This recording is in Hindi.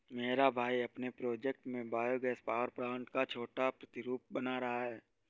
मेरा भाई अपने प्रोजेक्ट में बायो गैस पावर प्लांट का छोटा प्रतिरूप बना रहा है